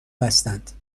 بستند